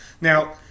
Now